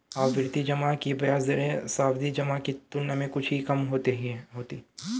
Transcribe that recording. आवर्ती जमा की ब्याज दरें सावधि जमा की तुलना में कुछ ही कम होती हैं